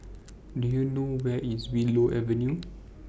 Do YOU know Where IS Willow Avenue